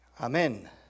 Amen